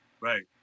Right